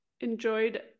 enjoyed